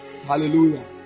Hallelujah